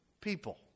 people